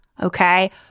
okay